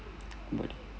but